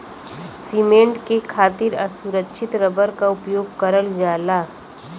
cement के खातिर असुरछित रबर क उपयोग करल जाला